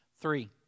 Three